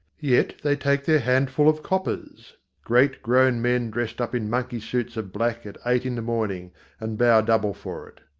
yet they take their handful of coppers great grown men dressed up in monkey suits of black at eight in the morning and bow double for it.